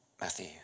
Matthew